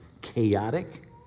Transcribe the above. chaotic